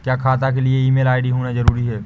क्या खाता के लिए ईमेल आई.डी होना जरूरी है?